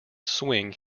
swing